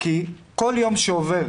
בכל יום שעובר,